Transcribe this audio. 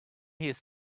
his